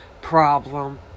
problem